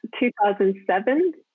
2007